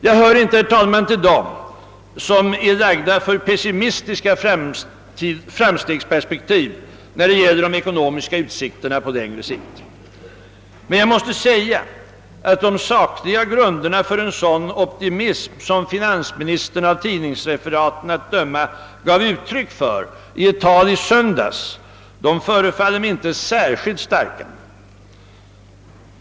Jag hör inte, herr talman, till dem som är lagda för pessimistiska framstegsperspektiv när det gäller de ekonomiska möjligheterna på längre sikt. Men jag måste säga att de sakliga grunderna för .en sådan optimism, som finansministern av tidningsreferaten att döma gav uttryck för i ett tal i söndags, inte förefaller mig särskilt starka.